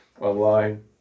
online